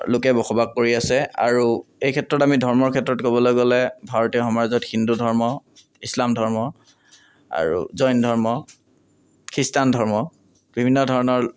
লোকে বসবাস কৰি আছে আৰু এই ক্ষেত্ৰত আমি ধৰ্মৰ ক্ষেত্ৰত ক'বলৈ গ'লে ভাৰতীয় সমাজত হিন্দু ধৰ্ম ইছলাম ধৰ্ম আৰু জৈন ধৰ্ম খ্ৰীষ্টান ধৰ্ম বিভিন্ন ধৰণৰ